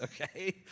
okay